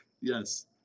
Yes